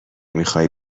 میخای